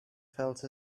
felt